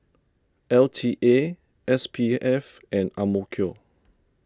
L T A S P F and Ang Mo Kio